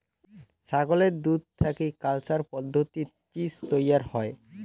ছাগলের দুধ থাকি কালচার পদ্ধতিত চীজ তৈয়ার হই